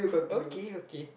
okay okay